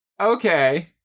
okay